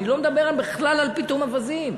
אני לא מדבר בכלל על פיטום אווזים.